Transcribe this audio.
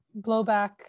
blowback